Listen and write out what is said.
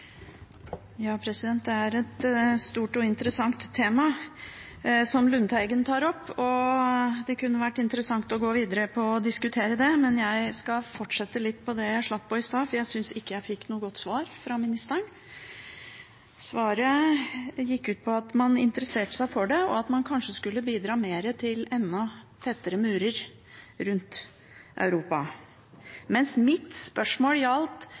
Det er et stort og interessant tema som Lundteigen tar opp, og det kunne vært interessant å diskutere det videre, men jeg skal fortsette litt der jeg slapp i stad, for jeg synes ikke jeg fikk noe godt svar fra ministeren. Svaret gikk ut på at man interesserte seg for det, og at man kanskje skulle bidra mer til enda tettere murer rundt Europa, mens mitt spørsmål gjaldt